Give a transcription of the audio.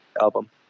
album